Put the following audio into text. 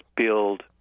build